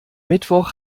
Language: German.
mittwoch